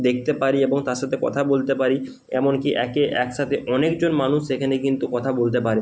দেখতে পারি এবং তার সাথে কথা বলতে পারি এমন কি একে একসাতে অনেকজন মানুষ সেখানে কিন্তু কথা বলতে পারে